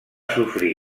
sofrir